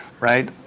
right